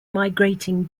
migrating